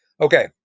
Okay